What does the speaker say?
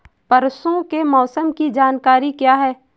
परसों के मौसम की जानकारी क्या है?